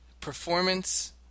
Performance